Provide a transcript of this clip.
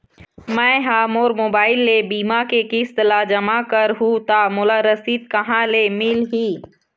मैं हा मोर मोबाइल ले बीमा के किस्त ला जमा कर हु ता मोला रसीद कहां ले मिल ही?